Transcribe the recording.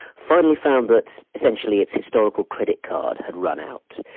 finally found that essentially its historical credit card had run out.